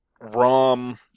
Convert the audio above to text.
ROM